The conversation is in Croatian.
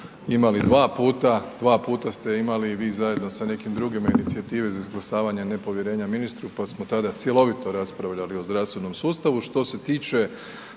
imali dva puta, dva puta ste imali i vi zajedno sa nekim drugim inicijative za izglasavanje nepovjerenja ministru, pa smo tada cjelovito raspravljali o zdravstvenom sustavu.